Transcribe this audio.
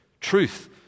truth